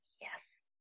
yes